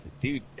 Dude